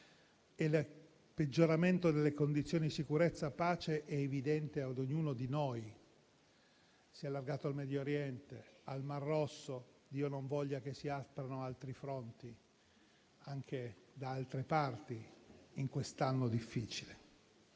Il peggioramento delle condizioni di sicurezza e di pace è evidente ad ognuno di noi. Il conflitto si è allargato al Medio Oriente, al Mar Rosso, Dio non voglia che si aprano altri fronti anche da altre parti in quest'anno difficile.